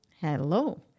Hello